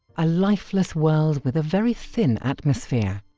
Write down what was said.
a lifeless world with a very thin atmosphere.